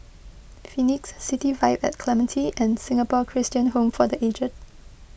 Phoenix City Vibe at Clementi and Singapore Christian Home for the aged